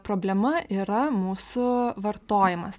problema yra mūsų vartojimas